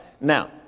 Now